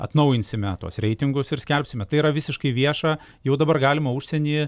atnaujinsime tuos reitingus ir skelbsime tai yra visiškai vieša jau dabar galima užsieny